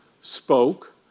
spoke